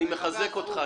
אני מחזק אותך.